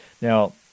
Now